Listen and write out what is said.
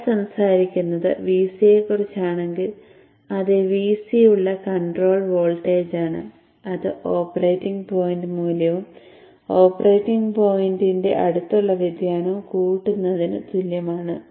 നമ്മൾ സംസാരിക്കുന്നത് Vc യെക്കുറിച്ച് ആണെങ്കിൽ അതിൽ Vc ഉള്ള കൺട്രോൾ വോൾട്ടേജാണ് അത് ഓപ്പറേറ്റിംഗ് പോയിന്റ് മൂല്യവും ഓപ്പറേറ്റിംഗ് പോയിന്റിന്റെ അടുത്തുള്ള വ്യതിയാനവും കൂട്ടുന്നതിന് തുല്യമാണ്